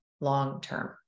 long-term